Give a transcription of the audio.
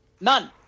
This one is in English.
None